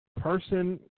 person